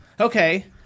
Okay